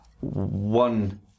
one